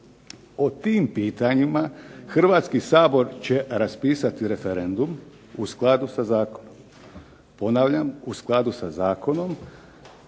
O tim pitanjima Hrvatski sabor će raspisati referendum u skladu sa zakonom. Ponavljam u skladu sa zakonom,